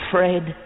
Fred